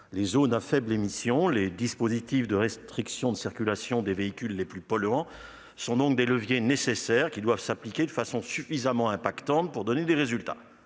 Les zones à faibles émissions (ZFE), les dispositifs de restriction de circulation des véhicules les plus polluants, sont donc des leviers nécessaires qui doivent être maniés de façon suffisamment ferme pour donner des résultats.